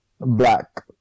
black